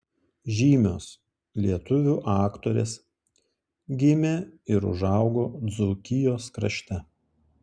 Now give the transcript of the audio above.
žymios lietuvių aktorės gimė ir užaugo dzūkijos krašte